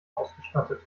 ausgestattet